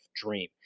dream